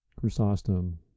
Chrysostom